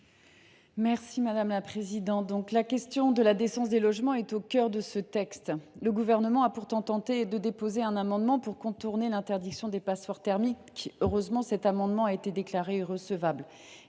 Marianne Margaté. La question de la décence des logements est au cœur de ce texte. Le Gouvernement a pourtant tenté de déposer un amendement pour contourner l’interdiction des passoires thermiques ; heureusement, il a été déclaré irrecevable.